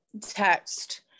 text